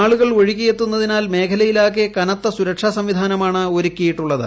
ആളുകൾ ഒഴുകിയെത്തുന്നതിനാർ മേഖലയിലാകെ കനത്ത സുരക്ഷാസംവിധാനങ്ങളാണ് ഒരുക്കിയിട്ടുള്ളത്